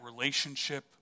relationship